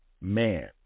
man